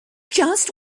just